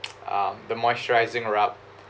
um the moisturizing rub